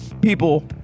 People